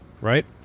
right